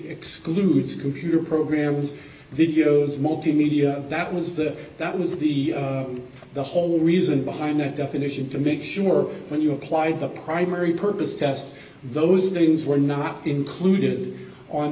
excludes computer programs videos multimedia that was the that was the the whole reason behind that definition to make sure when you applied the primary purpose test those things were not included on